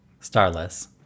Starless